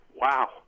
wow